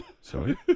Sorry